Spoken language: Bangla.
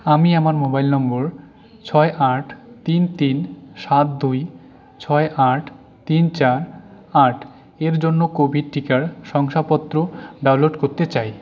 আমি আমার মোবাইল নম্বর ছয় আট তিন তিন সাত দুই ছয় আট তিন চার আট এর জন্য কোভিড টিকার শংসাপত্র ডাউনলোড করতে চাই